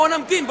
בואו נמתין,